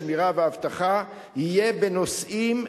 השמירה והאבטחה יהיה בנושאים,